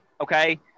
okay